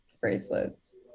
bracelets